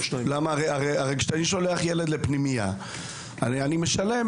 הרי כשאני שולח ילד לפנימייה אני משלם,